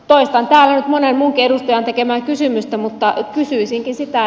toistan täällä monen muunkin edustajan tekemän kysymyksen mutta kysyn